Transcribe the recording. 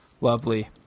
lovely